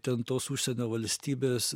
ten tos užsienio valstybės